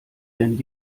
denn